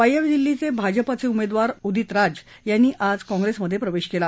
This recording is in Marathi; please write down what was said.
वायव्य दिल्लीचे भाजपाचे उमेदवार उदित राज यांनी आज काँप्रेसमधे प्रवेश केला